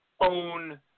own